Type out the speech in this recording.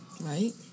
Right